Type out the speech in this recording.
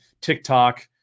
TikTok